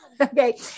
Okay